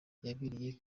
yabereye